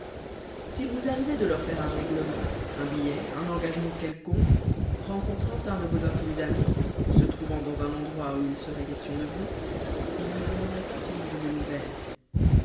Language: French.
s'il vous arrivait de leur faire un règlement un billet un engagement quelconque rencontrant un de vos intimes amis ou se trouvant dans un endroit où il serait question de vous ils ne demanderaient pas seulement de vos nouvelles